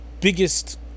Biggest